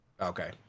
okay